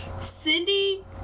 Cindy